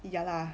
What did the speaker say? ya lah